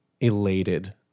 elated